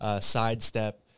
sidestep